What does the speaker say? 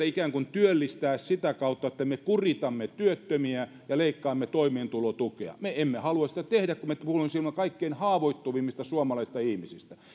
ikään kuin työllistää sitä kautta että me kuritamme työttömiä ja leikkaamme toimeentulotukea me emme halua sitä tehdä kun me puhumme silloin kaikkein haavoittuvimmista suomalaisista ihmisistä